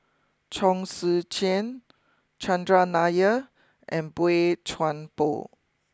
Chong Tze Chien Chandran Nair and Boey Chuan Poh